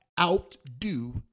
outdo